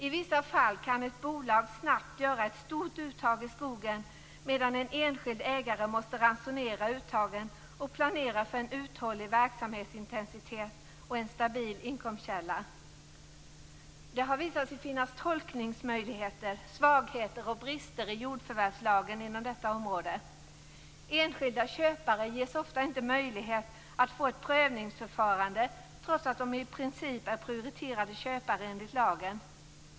I vissa fall kan ett bolag snabbt göra ett stort uttag i skogen, medan en enskild ägare måste ransonera uttagen och planera för en uthållig verksamhetsintensitet och en stabil inkomstkälla. Det har visat sig finnas tolkningsmöjligheter, svagheter och brister i jordförvärvslagen inom detta område. Enskilda köpare ges ofta inte möjlighet att få ett prövningsförfarande, trots att de i princip är prioriterade köpare enligt lagen.